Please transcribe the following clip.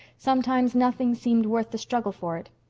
sometimes nothing seemed worth the struggle for it.